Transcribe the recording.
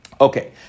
Okay